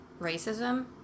racism